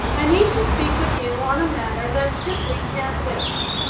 i need to speak with you on a matter that simply can't wait.